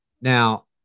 Now